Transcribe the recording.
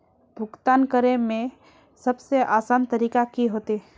भुगतान करे में सबसे आसान तरीका की होते?